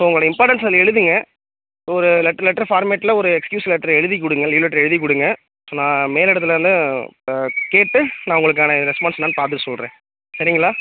so உங்களோட importance அதில் எழுதுங்க ஒரு லெட்ரு லெட்ரு பார்மெட்டில் ஒரு எக்ஸ்ஹியூஸ் லெட்ரு எழுதி கொடுங்க லீவ் லெட்ரு எழுதி கொடுங்க நான் மேலிடத்துலன்னா கேட்டு நான் உங்களுக்கான ரெஸ்பான்ஸ் என்னான்னு பார்த்துட்டு சொல்றேன் சரிங்களா